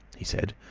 he said,